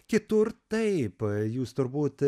kitur taip jūs turbūt